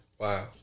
Wow